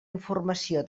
informació